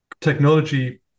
Technology